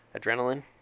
Adrenaline